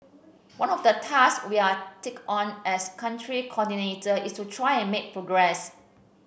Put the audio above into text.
one of the tasks we are take on as Country Coordinator is to try and make progress